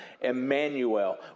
Emmanuel